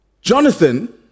Jonathan